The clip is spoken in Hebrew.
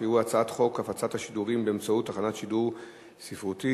הצעת חוק הפצת שידורים באמצעות תחנות שידור ספרתיות,